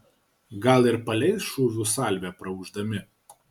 gal ir paleis šūvių salvę praūždami